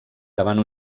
davant